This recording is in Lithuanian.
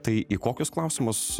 tai į kokius klausimus